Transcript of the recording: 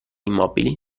immobili